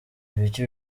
ibiki